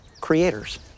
creators